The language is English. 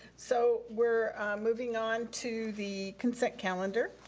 so we're moving on to the consent calendar.